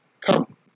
Come